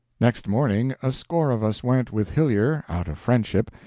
next morning a score of us went with hillyer, out of friendship,